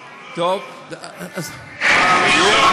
תדייק,